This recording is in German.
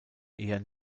eher